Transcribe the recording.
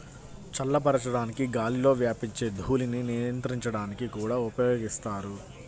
చల్లబరచడానికి గాలిలో వ్యాపించే ధూళిని నియంత్రించడానికి కూడా ఉపయోగిస్తారు